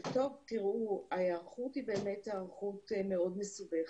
תראו, ההיערכות היא באמת היערכות מאוד מסובכת,